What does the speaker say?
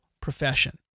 profession